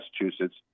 Massachusetts